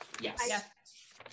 yes